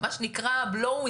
מה שנקרא, חולף